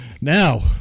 Now